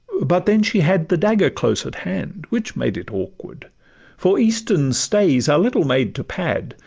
but then she had the dagger close at hand, which made it awkward for eastern stays are little made to pad,